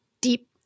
deep